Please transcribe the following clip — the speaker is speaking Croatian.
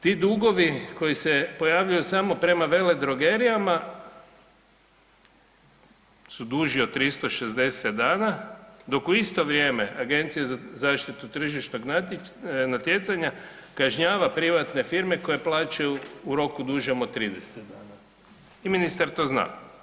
Ti dugovi koji se pojavljuju samo prema veledrogerijama su duži od 360 dana, dok u isto vrijeme agencije za zaštitu tržišnog natjecanja kažnjava privatne firme koje plaćaju u roku dužem od 30 dana i ministar to zna.